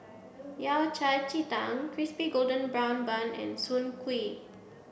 Yao Cai Ji Tang Crispy Golden Brown Bun and Soon Kuih